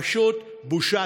פשוט בושה.